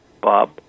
Bob